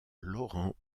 laurent